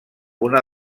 una